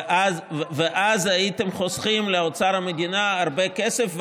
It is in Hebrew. ואז הייתם חוסכים לאוצר המדינה הרבה כסף,